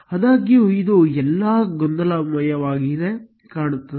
ಆದಾಗ್ಯೂ ಇದು ಎಲ್ಲಾ ಗೊಂದಲಮಯವಾಗಿ ಕಾಣುತ್ತದೆ